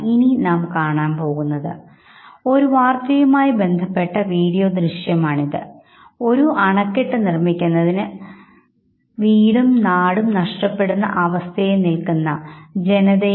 അവരുടെ സന്തോഷം പ്രകടിപ്പിക്കുമ്പോൾ മുഖത്തിന്റെ ഇരുവശങ്ങളും ഒരേപോലെയല്ല ഭാവങ്ങൾ പ്രകടിപ്പിക്കുന്നത് എന്നത് മനസ്സിലാക്കാം ഇപ്പോൾ ഇവിടെ നിങ്ങൾ കാണുന്നതാണ് ആണ് മുകളിൽ കണ്ട ചിത്രം